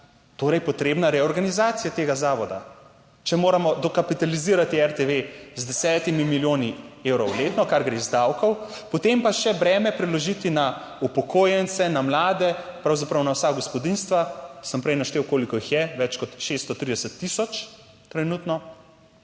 torej potrebna reorganizacije tega zavoda. Če moramo dokapitalizirati RTV z desetimi milijoni evrov letno, kar gre iz davkov, potem pa še breme preložiti na upokojence, na mlade, pravzaprav na vsa gospodinjstva, sem prej naštel koliko jih je, več kot 630 tisoč trenutno,